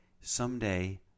Someday